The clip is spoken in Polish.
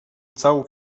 całą